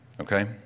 Okay